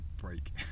break